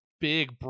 big